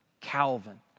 Calvin